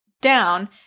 down